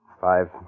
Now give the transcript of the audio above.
Five